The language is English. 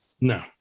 No